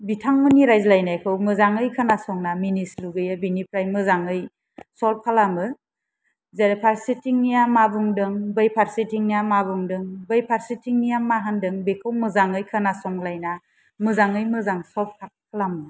बिथांमोननि रायज्लायनायखौ मोजाङै खोनासंना मिनिस्लुग्रोयो बिनिफ्राय मोजाङै सल्भ खालामो जेरै फारसेथिंनिया मा बुंदों बै फारसेथिंनिया मा बुंदों बै फारसेथिंनिया मा होनदों बेखौ मोजाङै खोनासंलायना मोजाङै मोजां सल्भ खालामो